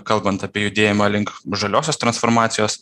kalbant apie judėjimą link žaliosios transformacijos